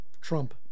Trump